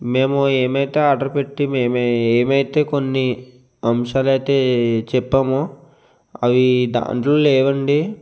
మేము ఏమైతే ఆర్డర్ పెట్టి మేమే ఏమైతే కొన్ని అంశాలైతే చెప్పామో అవి దాంట్లో లేవండి